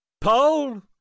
Paul